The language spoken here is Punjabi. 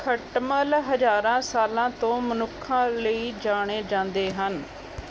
ਖਟਮਲ ਹਜ਼ਾਰਾਂ ਸਾਲਾਂ ਤੋਂ ਮਨੁੱਖਾਂ ਲਈ ਜਾਣੇ ਜਾਂਦੇ ਹਨ